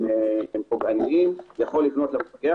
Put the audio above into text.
הם פוגעניים יכול לפנות למפקח,